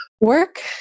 work